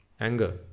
anger